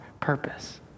purpose